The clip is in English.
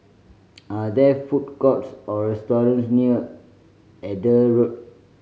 are there food courts or restaurant near Eber Road